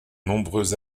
nombreux